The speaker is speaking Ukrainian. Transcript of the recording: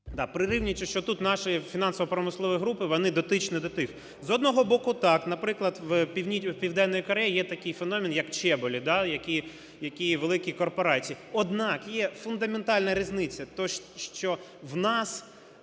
Прирівнюючи, що тут наші фінансово-промислові групи, вони дотичні до тих. З одного боку, так. Наприклад, в Південній Кореї є такий феномен, як Чеболь, да, який, які великі корпорації… Однак є фундаментальна різниця, те, що в нас,